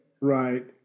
Right